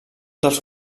dels